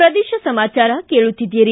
ಪ್ರದೇಶ ಸಮಾಚಾರ ಕೇಳುತ್ತೀದ್ದಿರಿ